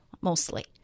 mostly